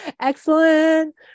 Excellent